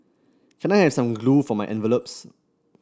can I have some glue for my envelopes